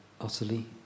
utterly